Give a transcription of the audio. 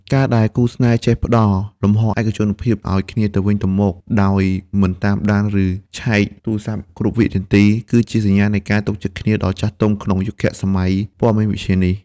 ការដែលគូស្នេហ៍ចេះផ្ដល់ «លំហឯកជនភាព» ឱ្យគ្នាទៅវិញទៅមកដោយមិនតាមដាន ឬឆែកទូរស័ព្ទគ្នាគ្រប់វិនាទី គឺជាសញ្ញានៃការទុកចិត្តគ្នាដ៏ចាស់ទុំក្នុងយុគសម័យព័ត៌មានវិទ្យានេះ។